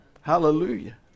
Hallelujah